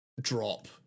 drop